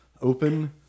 open